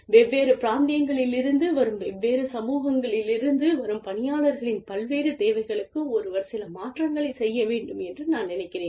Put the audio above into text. வெவ்வேறு பிராந்தியங்களிலிருந்து வரும் வெவ்வேறு சமூகங்களிலிருந்து வரும் பணியாளர்களின் பல்வேறு தேவைகளுக்கு ஒருவர் சில மாற்றங்களைச் செய்ய வேண்டும் என்று நான் நினைக்கிறேன்